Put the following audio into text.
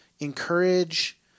Encourage